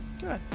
Good